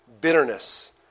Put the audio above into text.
bitterness